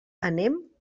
anem